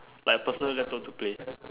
like personal laptop to play